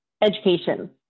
education